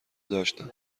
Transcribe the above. داشتم